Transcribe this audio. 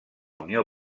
unió